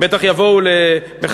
בטח הם יבואו בחזרה,